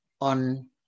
on